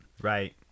Right